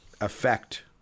effect